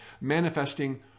manifesting